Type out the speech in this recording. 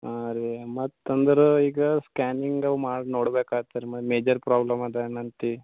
ಹಾಂ ರೀ ಮತ್ತೆ ಅಂದ್ರೆ ಈಗ ಸ್ಕ್ಯಾನಿಂಗ್ ಅವು ಮಾಡಿ ನೋಡ್ಬೇಕಾತದ್ ಮೇಜರ್ ಪ್ರಾಬ್ಲಮ್ ಅದಾನಂತ